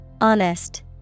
Honest